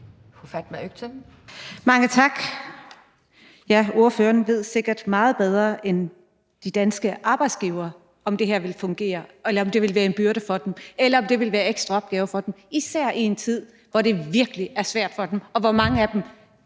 Mange tak. Ja, ordføreren ved sikkert meget bedre end de danske arbejdsgivere, om det her vil fungere, eller om det vil være en byrde for dem, eller om det vil være ekstra opgaver, især i en tid, hvor det virkelig er svært for dem, og hvor mange af dem